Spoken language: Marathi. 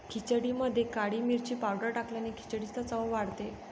खिचडीमध्ये काळी मिरी पावडर टाकल्याने खिचडीची चव वाढते